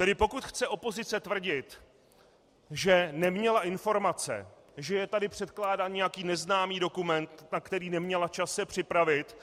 Tedy pokud chce opozice tvrdit, že neměla informace, že je tady předkládán nějaký neznámý dokument, na který neměla čas se připravit,